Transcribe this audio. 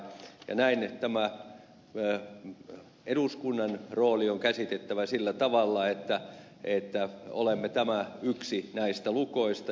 näin tämä eduskunnan rooli on käsitettävä sillä tavalla että olemme yksi näistä lukoista